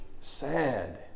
sad